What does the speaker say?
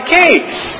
case